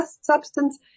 substance